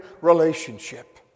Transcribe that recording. relationship